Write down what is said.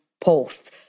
posts